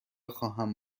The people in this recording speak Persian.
خواهم